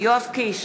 יואב קיש,